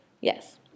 Yes